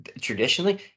traditionally